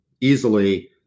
easily